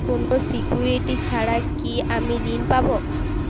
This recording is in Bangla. কোনো সিকুরিটি ছাড়া কি আমি ঋণ পাবো?